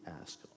ask